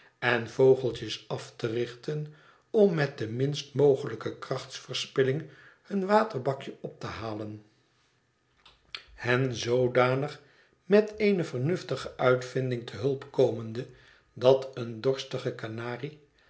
en vogeltjes af te richten om met de minst mogelijke krachtverspilling hun waterbakje op te halen hen zoodanig met eene vernuftige uitvinding te hulp komende dat een dorstige kanarie